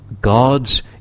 God's